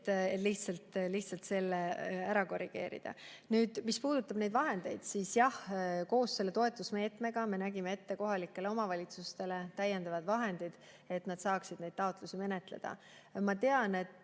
tahtsin selle ära korrigeerida. Mis puudutab neid vahendeid, siis jah, koos selle toetusmeetmega me nägime ette kohalikele omavalitsustele täiendavad vahendid, et nad saaksid neid taotlusi menetleda. Ma tean, et